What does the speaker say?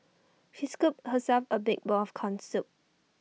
she scooped herself A big bowl of Corn Soup